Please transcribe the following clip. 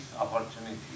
opportunity